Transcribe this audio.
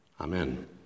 Amen